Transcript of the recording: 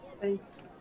Thanks